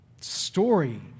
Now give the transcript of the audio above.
Story